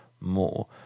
more